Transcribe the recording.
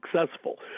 successful